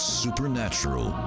supernatural